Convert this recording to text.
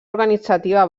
organitzativa